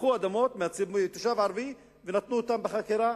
לקחו אדמות מתושב ערבי ונתנו בחכירה